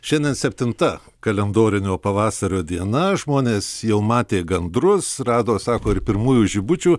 šiandien septinta kalendorinio pavasario diena žmonės jau matė gandrus rado sako ir pirmųjų žibučių